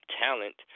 talent